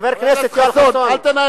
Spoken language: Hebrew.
מליאת הכנסת תחליט.